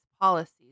policies